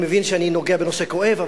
אני מבין שאני נוגע בנושא כואב,